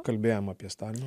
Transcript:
kalbėjom apie stalino